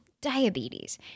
diabetes